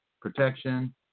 protection